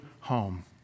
home